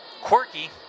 Quirky